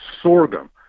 sorghum